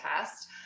test